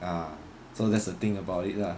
ya so that's the thing about it lah